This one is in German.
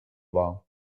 war